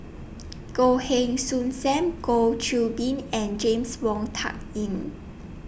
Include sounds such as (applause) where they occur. (noise) Goh Heng Soon SAM Goh Qiu Bin and James Wong Tuck Yim